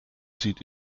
sieht